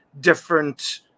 different